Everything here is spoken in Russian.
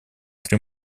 три